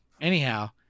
Anyhow